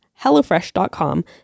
HelloFresh.com